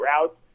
routes